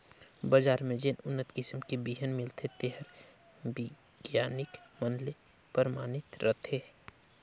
बजार में जेन उन्नत किसम के बिहन मिलथे तेहर बिग्यानिक मन ले परमानित रथे